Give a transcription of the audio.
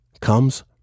comes